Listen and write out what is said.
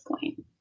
point